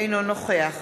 אינו נוכח